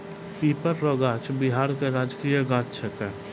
पीपर रो गाछ बिहार के राजकीय गाछ छिकै